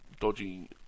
dodging